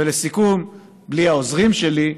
ולסיכום, בלי העוזרים שלי,